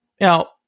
now